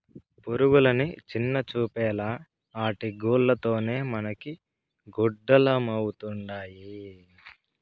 పురుగులని చిన్నచూపేలా ఆటి గూల్ల తోనే మనకి గుడ్డలమరుతండాయి